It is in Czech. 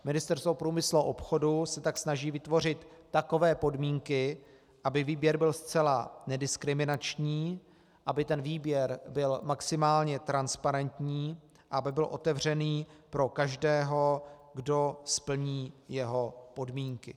Ministerstvo průmyslu a obchodu se tak snaží vytvořit takové podmínky, aby výběr byl zcela nediskriminační, aby ten výběr byl maximálně transparentní, aby byl otevřený pro každého, kdo splní jeho podmínky.